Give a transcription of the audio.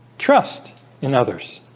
trust in others,